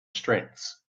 strengths